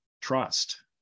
trust